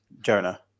jonah